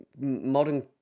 modern